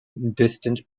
distant